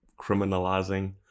criminalizing